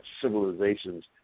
civilizations